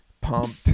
pumped